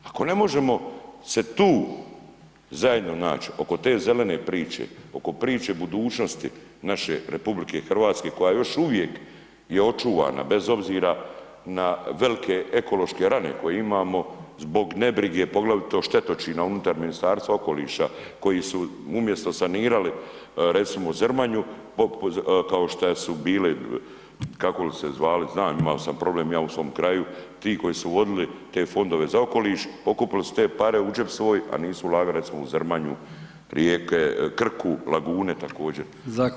Ako ne možemo se tu zajedno naći, oko te zelene priče, oko priče budućnosti naše RH koja još uvijek je očuvana bez obzira na velike ekološke rane koje imamo, zbog nebrige poglavito štetočina unutar Ministarstva okoliša koji su umjesto sanirali recimo Zrmanju kao šta su bili, kako li se zvali, znam imao sam problem i ja u svom kraju, ti koji su vodili te fondove za okoliš, pokupili su te pare u džep svoj a nisu ulagali recimo u Zrmanju, rijeke, Krku, lagune također.